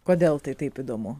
kodėl tai taip įdomu